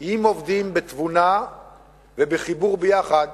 הוא שאם עובדים בתבונה ובחיבור ביחד,